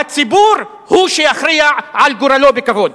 והציבור הוא שיכריע על גורלו בכבוד.